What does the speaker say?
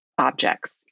objects